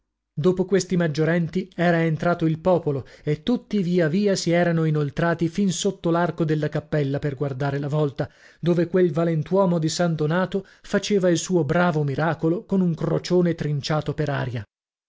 dopo questi maggiorenti era entrato il popolo e tutti via via si erano inoltrati fin sotto l'arco della cappella per guardare la vòlta dove quel valentuomo di san donato faceva il suo bravo miracolo con un crocione trinciato per aria